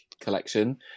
collection